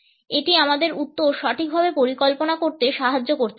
এটি আমাদের উত্তর সঠিকভাবে পরিকল্পনা করতে সাহায্য করতে পারে